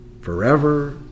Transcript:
forever